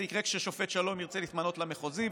זה יקרה כששופט שלום ירצה להתמנות למחוזי,